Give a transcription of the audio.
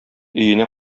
өенә